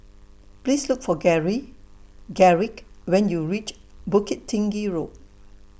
Please Look For Gary Garrick when YOU REACH Bukit Tinggi Road